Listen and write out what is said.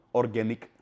organic